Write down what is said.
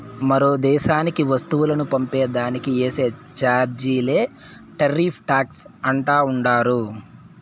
మరో దేశానికి వస్తువులు పంపే దానికి ఏసే చార్జీలే టార్రిఫ్ టాక్స్ అంటా ఉండారు